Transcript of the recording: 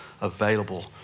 available